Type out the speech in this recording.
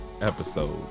episode